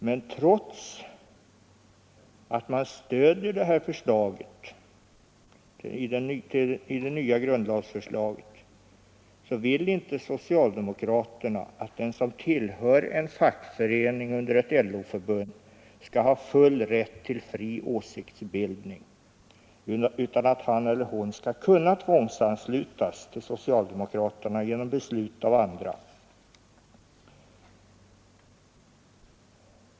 Men trots att man stödjer det nya förslaget vill inte socialdemokraterna att den, som tillhör en fackförening eller ett LO-förbund, skall ha full rätt till fri åsiktsbildning utan att han eller hon skall kunna tvångsanslutas till socialdemokraterna genom beslut av andra.